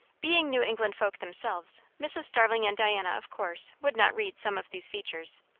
being new england folk themselves, mrs. starling and diana of course would not read some of these features.